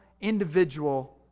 individual